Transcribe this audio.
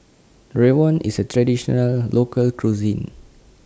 Rawon IS A Traditional Local Cuisine